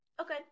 Okay